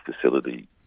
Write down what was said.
facility